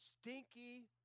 stinky